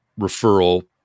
referral